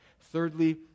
Thirdly